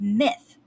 myth